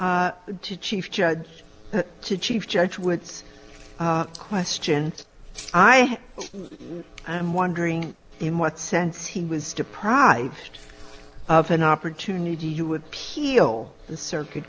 to chief judge to chief judge woods question i am wondering in what sense he was deprived of an opportunity you would keel the circuit